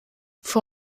für